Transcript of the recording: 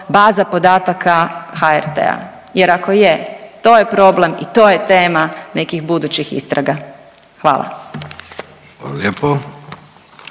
baza podataka HRT-a jer ako je, to je problem i to je tema nekih budućih istraga. Hvala. **Vidović,